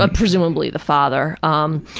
ah presumable the the father, um,